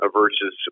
versus